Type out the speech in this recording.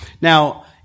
Now